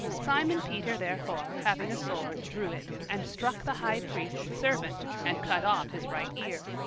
simon peter therefore, having a sword, drew it, and struck the high priest's servant, and cut off his right ear.